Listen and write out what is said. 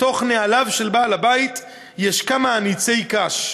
בתוך נעליו של בעל הבית יש כמה אניצי קש.